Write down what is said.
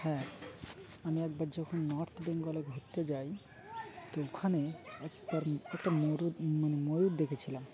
হ্যাঁ আমি একবার যখন নর্থ বেঙ্গলে ঘুরতে যাই তো ওখানে একবার একটা মরূর মানে ময়ূর দেখেছিলাম